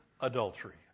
adultery